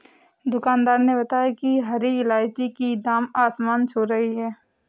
दुकानदार ने बताया कि हरी इलायची की दाम आसमान छू रही है